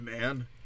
man